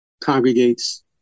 congregates